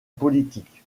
politique